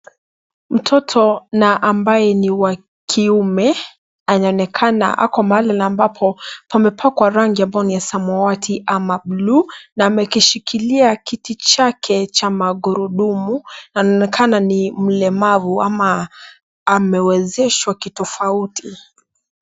Mtoto na ambaye ni wa kiume anaonekana ako mahali ambapo pamepakwa rangi ya samwati au bluu na amekishikilia kiti chake cha magurudumu anaonekana ni mlemavu ama amewezeshwa kitofauti.